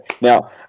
Now